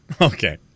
Okay